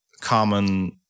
common